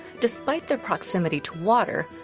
despite their proximity to water,